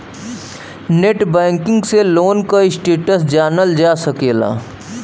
net banking से loan क status जानल जा सकला